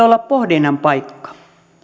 olla pohdinnan paikka